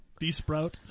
Desprout